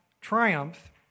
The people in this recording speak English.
triumph